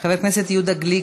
חבר הכנסת יהודה גליק,